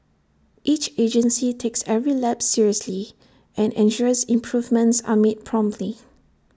each agency takes every lapse seriously and ensures improvements are made promptly